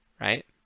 right